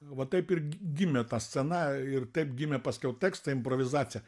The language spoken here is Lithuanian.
va taip ir gi gimė ta scena ir taip gimė paskiau tekstai improvizacija